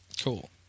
Cool